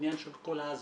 את העניין של כל ההסברה.